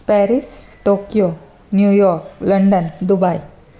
Paris Tokyo New York London Dubai